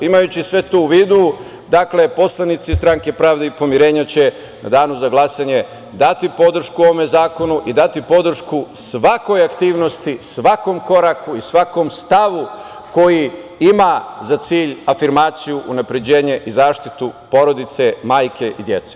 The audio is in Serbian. Imajući sve to u vidu, poslanici Stranke pravde i pomirenja će u danu za glasanje dati podršku ovom zakonu i dati podršku svakoj aktivnosti, svakom koraku i svakom stavu koji ima za cilj afirmaciju, unapređenje i zaštitu porodice, majke i dece.